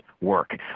work